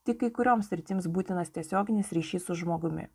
tik kai kurioms sritims būtinas tiesioginis ryšys su žmogumi